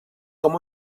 com